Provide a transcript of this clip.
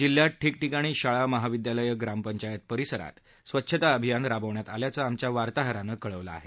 जिल्ह्यात ठिकठिकाणी शाळा महाविद्यालये ग्राम पंचायत परिसरात स्वच्छता अभियान राबविण्यात आल्याचं आमच्या वार्ताहरानं कळवलं आहे